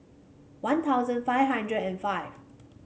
One Thousand five hundred and five